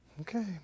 okay